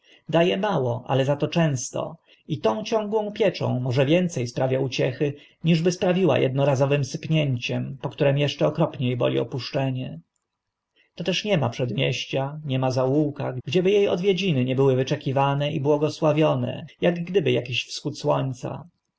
e mało ale za to często i tą ciągłą pieczą może więce sprawia uciechy niżby sprawiła ednorazowym sypnięciem po którym eszcze okropnie boli opuszczenie toteż nie ma przedmieścia nie ma zaułka gdzie by e odwiedziny nie były wyczekiwane i błogosławione ak gdyby akiś wschód słońca